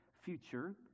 future